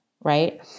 right